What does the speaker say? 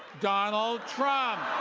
donald trump.